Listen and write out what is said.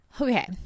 Okay